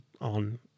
on